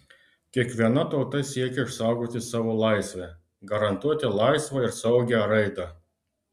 kiekviena tauta siekia išsaugoti savo laisvę garantuoti laisvą ir saugią raidą